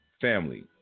family